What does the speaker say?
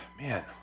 man